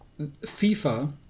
FIFA